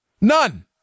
None